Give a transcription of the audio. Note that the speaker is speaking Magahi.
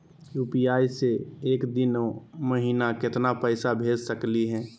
यू.पी.आई स एक दिनो महिना केतना पैसा भेज सकली हे?